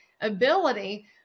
ability